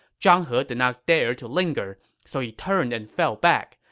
zhang he did not dare to linger, so he turned and fell back.